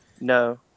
No